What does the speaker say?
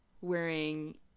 wearing